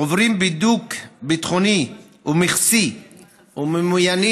עוברים בידוק ביטחוני ומכסי וממוינים